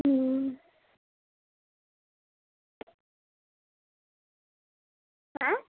হুম অ্যাঁ